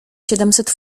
siedemset